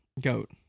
goat